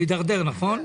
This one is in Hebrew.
זה מתדרדר, נכון?